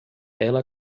ela